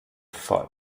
voll